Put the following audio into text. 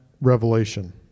revelation